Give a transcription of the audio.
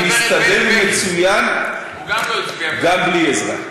אני מסתדר מצוין גם בלי עזרה.